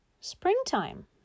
springtime